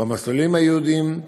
במסלולים הייעודיים,